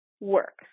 works